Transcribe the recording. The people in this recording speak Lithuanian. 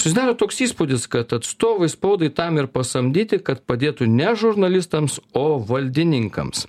susidaro toks įspūdis kad atstovai spaudai tam ir pasamdyti kad padėtų ne žurnalistams o valdininkams